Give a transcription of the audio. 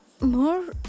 more